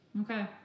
Okay